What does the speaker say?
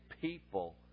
people